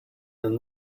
than